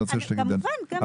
כן.